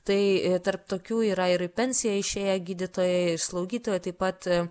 tai tarp tokių yra ir į pensiją išėję gydytojai slaugytojai taip pat